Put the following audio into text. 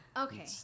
okay